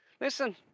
Listen